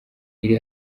iri